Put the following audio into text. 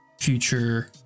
future